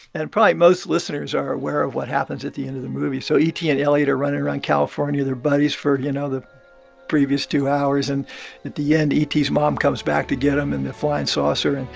and probably most listeners are aware of what happens at the end of the movie. so e t. and elliott are running around california. they're buddies for, you know, the previous two hours. and at the end, e t s mom comes back to get him in the flying saucer. and